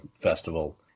festival